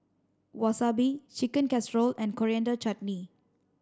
Wasabi Chicken Casserole and Coriander Chutney